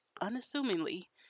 unassumingly